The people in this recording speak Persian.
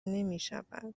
نمیشود